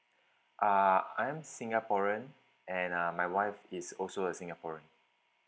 ah I'm singaporean and uh my wife is also a singaporean